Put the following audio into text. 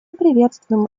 приветствуем